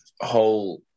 whole